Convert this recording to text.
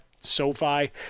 SoFi